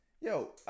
yo